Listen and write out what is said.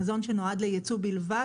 מזון שנועד לייצוא בלבד,